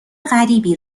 غریبی